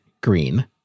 green